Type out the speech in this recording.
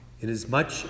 Inasmuch